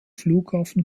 flughafen